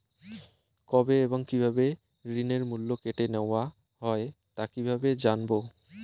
কবে এবং কিভাবে ঋণের মূল্য কেটে নেওয়া হয় তা কিভাবে জানবো?